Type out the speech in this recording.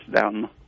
down